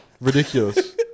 Ridiculous